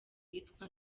yitwa